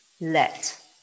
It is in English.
let